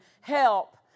help